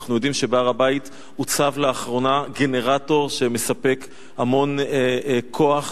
אנחנו יודעים שבהר-הבית הוצב לאחרונה גנרטור שמספק המון כוח,